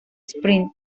sprint